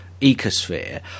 ecosphere